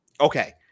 Okay